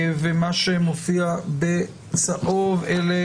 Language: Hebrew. מה שמסומן בצהוב, אלה